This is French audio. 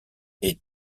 est